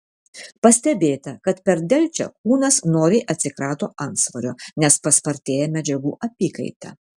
pastebėta kad per delčią kūnas noriai atsikrato antsvorio nes paspartėja medžiagų apykaita